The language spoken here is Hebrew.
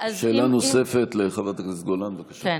שאלה נוספת לחברת הכנסת גולן, בבקשה.